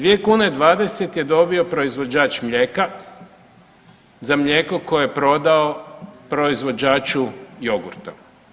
2 kune i 20 je dobio proizvođač mlijeka za mlijeko koje je prodao proizvođaču jogurta.